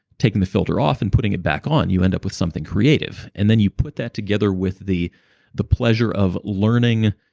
taking the filter off, and then putting it back on, you end up with something creative. and then you put that together with the the pleasure of learning.